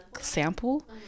sample